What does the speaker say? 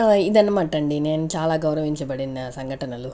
ఇదన్నమాటండి నేను చాలా గౌరవించబడిన సంఘటనలు